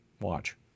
Watch